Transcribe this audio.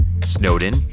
Snowden